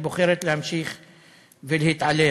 בוחרת להמשיך להתעלם.